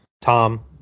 Tom